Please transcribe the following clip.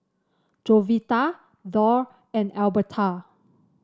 Jovita Dorr and Elberta